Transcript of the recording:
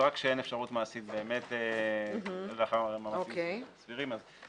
ורק כשאין אפשרות מעשית באמת לאחר מאמצים סבירים אז לא.